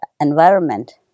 environment